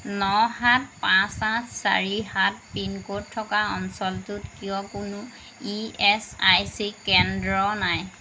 ন সাত পাঁচ আঠ চাৰি সাত পিনক'ড থকা অঞ্চলটোত কিয় কোনো ই এছ আই চি কেন্দ্র নাই